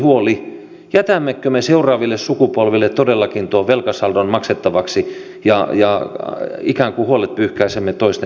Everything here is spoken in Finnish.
jätämmekö me seuraaville sukupolville todellakin tuon velkasaldon maksettavaksi ja ikään kuin huolet pyyhkäisemme toisten hoidettaviksi